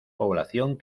población